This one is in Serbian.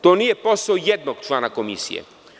To nije posao jednog člana Komisije.